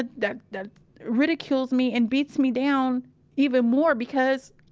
ah that, that ridicules me and beats me down even more because